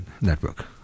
network